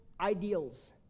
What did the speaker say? ideals